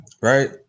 right